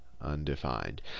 Undefined